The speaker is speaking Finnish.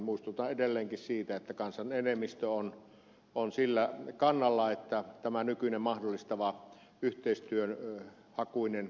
muistutan edelleenkin siitä että kansan enemmistö on sillä kannalla että tämä nykyinen asiaintila on yhteistyön mahdollistava ja yhteistyöhakuinen